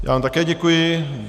Já vám také děkuji.